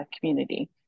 community